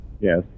Yes